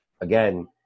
again